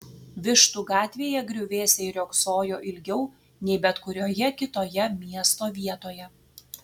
vištų gatvėje griuvėsiai riogsojo ilgiau nei bet kurioje kitoje miesto vietoje